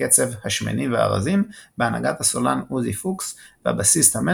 הקצב "השמנים והרזים" בהנהגת הסולן עוזי פוקס והבסיסט-המנג'ר,